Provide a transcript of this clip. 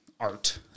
art